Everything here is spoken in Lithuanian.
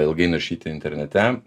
ilgai naršyti internete